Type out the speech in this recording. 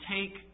take